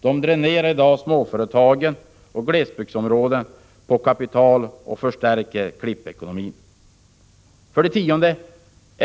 De dränerar i dag småföretag och glesbygdsområden på kapital och förstärker ”klippekonomin”. 10.